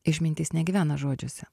išmintis negyvena žodžiuose